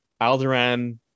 Alderaan